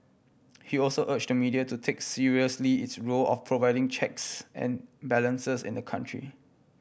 he also urge to media to take seriously its role of providing checks and balances in the country